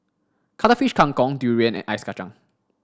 Cuttlefish Kang Kong durian and Ice Kachang